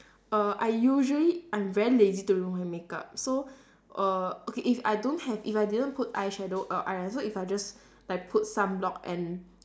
err I usually I'm very lazy to remove my makeup so err okay if I don't have I didn't put eyeshadow or eyeliner so if I just like put sunblock and